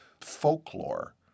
folklore